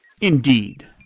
Indeed